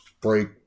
Break